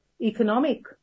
economic